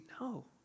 No